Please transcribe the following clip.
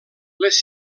les